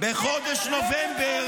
כסיף --- בחודש נובמבר